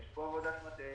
נעשתה עבודת מטה